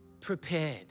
prepared